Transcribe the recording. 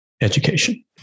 education